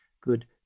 good